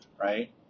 right